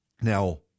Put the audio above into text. Now